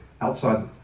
outside